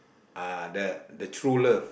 uh the the true love